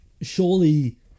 surely